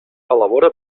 elabora